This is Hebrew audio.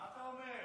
מה אתה אומר?